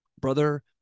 brother